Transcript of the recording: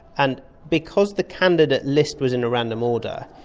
and because the candidate list was in a random order,